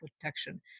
protection